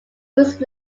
use